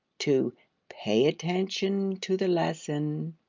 to pay attention to the lesson,